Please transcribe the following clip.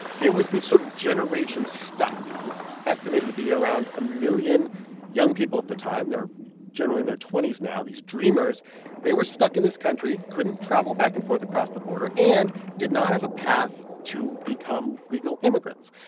there was this sort of generation stuck. it's estimated to be around a million young people at the time. they're generally in their twenty s now. these dreamers they were stuck in this country, couldn't travel back and forth across the border and did not have a path to become legal immigrants.